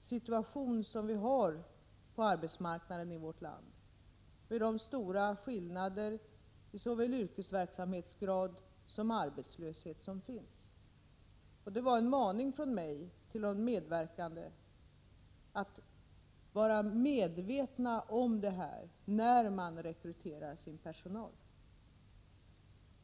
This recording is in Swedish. situation som vi har på arbetsmarknaden i vårt land med stora skillnader i såväl yrkesverksamhetsgrad som arbetslöshet. Det var en maning från mig till de medverkande att vara medvetna om detta när de rekryterar personal.